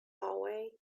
hallway